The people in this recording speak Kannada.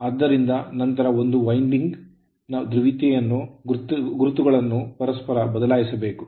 ಆದ್ದರಿಂದ ನಂತರ ಒಂದು winding ಅಂಕುಡೊಂಕಿನ ಧ್ರುವೀಯ ಗುರುತುಗಳನ್ನು ಪರಸ್ಪರ ಬದಲಾಯಿಸಬೇಕು